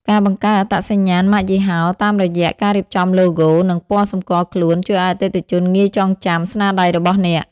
ការបង្កើតអត្តសញ្ញាណម៉ាកយីហោ តាមរយៈការរៀបចំឡូហ្គោ និងពណ៌សម្គាល់ខ្លួន ជួយឱ្យអតិថិជនងាយចងចាំស្នាដៃរបស់អ្នក។